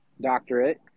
doctorate